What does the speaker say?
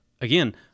Again